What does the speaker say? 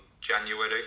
January